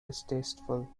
distasteful